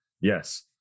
Yes